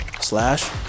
slash